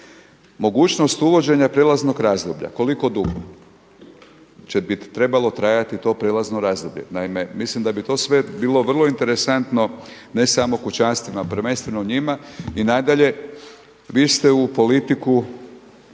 mogućnost uvođenja prijelaznog razdoblja. Koliko dugo bi trebalo trajati to prijelazno razdoblje? Naime, mislim da bi to sve bilo vrlo interesantno ne samo kućanstvima, prvenstveno njima. I nadalje, vi ste u politiku